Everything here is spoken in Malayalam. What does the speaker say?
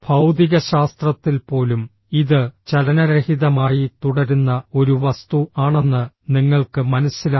ഭൌതികശാസ്ത്രത്തിൽ പോലും ഇത് ചലനരഹിതമായി തുടരുന്ന ഒരു വസ്തു ആണെന്ന് നിങ്ങൾക്ക് മനസ്സിലാകും